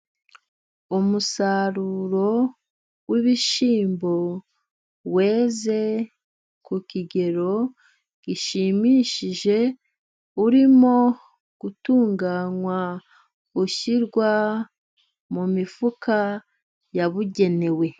Umusaruro w'ibishyimbo weze ku kigero gishimishije, urimo gutunganywa, ushyirwa mumifuka yabugenewe.